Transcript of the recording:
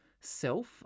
self